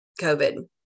COVID